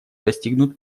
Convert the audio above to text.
достигнут